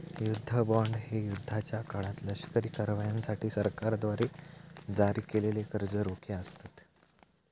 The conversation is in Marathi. युद्ध बॉण्ड हे युद्धाच्या काळात लष्करी कारवायांसाठी सरकारद्वारे जारी केलेले कर्ज रोखे असतत